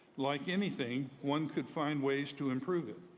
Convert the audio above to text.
like anything, one could find ways to improve it,